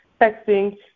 texting